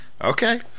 Okay